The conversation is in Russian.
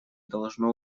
должно